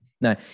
No